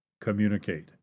communicate